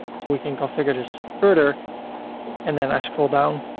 so we can configure this further and then i scroll down,